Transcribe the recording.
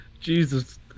Jesus